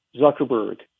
Zuckerberg